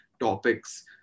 topics